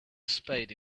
spade